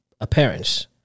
appearance